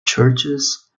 churches